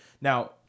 Now